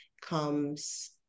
comes